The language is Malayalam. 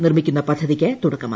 നിർമിക്ക്റിന്ന പദ്ധതിക്ക് തുടക്കമായി